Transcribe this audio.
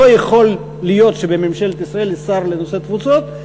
לא יכול להיות שבממשלת ישראל יש שר לנושא התפוצות.